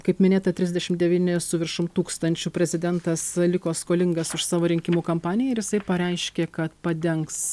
kaip minėta trisdešim devyni su viršum tūkstančių prezidentas liko skolingas už savo rinkimų kampaniją ir jisai pareiškė kad padengs